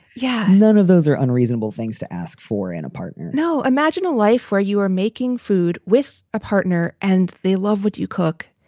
yeah. none of those are unreasonable things to ask for an apartment now, imagine a life where you are making food with a partner and they love what you cook.